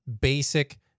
basic